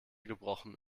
gebrochen